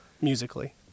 musically